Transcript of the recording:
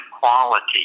quality